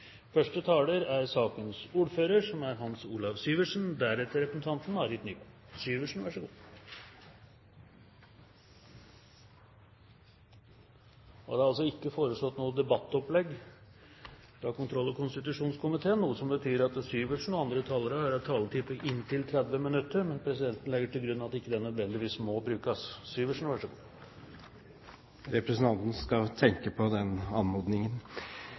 Første taler er sakens ordfører, Hans Olav Syversen. Det er ikke foreslått noe debattopplegg, noe som betyr at Syversen og andre talere har en taletid på inntil 30 minutter, men presidenten legger til grunn at det ikke nødvendigvis må brukes. Representanten skal tenke på den anmodningen.